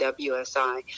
WSI